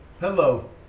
Hello